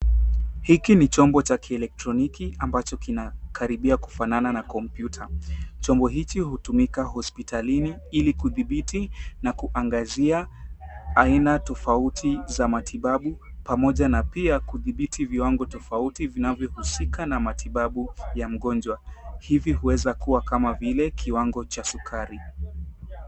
Hiki ni chombo cha kieletroniki ambacho kinakaribia kufanana na kompyuta. Chombo hichi hutumika hospitalini ili kudhibiti na kuangazia aina tofauti za matibabu pamoja na pia kudhibiti viwango tofauti vinavyo husika na matibabu ya mgonjwa, hivi huweza kuwa kama vile kiwango cha sukari.